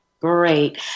Great